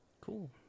cool